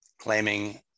claiming